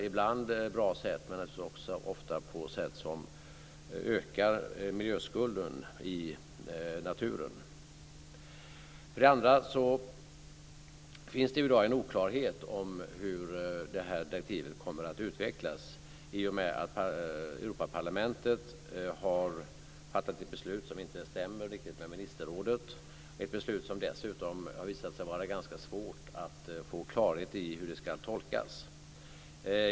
Ibland på bra sätt, men naturligtvis också ofta på sätt som ökar miljöskulden i naturen. För det andra finns det i dag en oklarhet om hur direktivet kommer att utvecklas i och med att Europaparlamentet har fattat ett beslut som inte stämmer riktigt med ministerrådets uppfattning. Det har dessutom visat sig vara ganska svårt att få klarhet i hur beslutet ska tolkas.